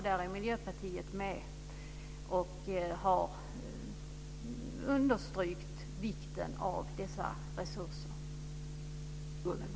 Där är Miljöpartiet med och har understrukit vikten av dessa resurser.